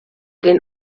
den